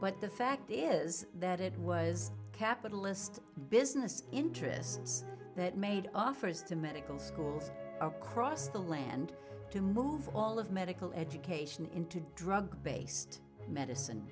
but the fact is that it was capitalist business interests that made offers to medical schools across the land to move all of medical education into drug based medicine